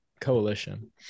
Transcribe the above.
coalition